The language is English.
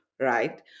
right